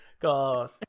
God